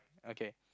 okay